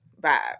vibe